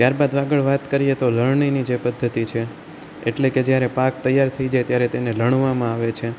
ત્યારબાદ આગળ વાત કરીએ તો લણણી જે પદ્ધતિ છે એટલે કે જ્યારે પાક તૈયાર થઈ જાય ત્યારે તેને લણવામાં આવે છે